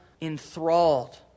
enthralled